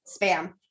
spam